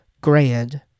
grand